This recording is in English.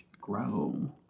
grow